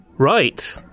Right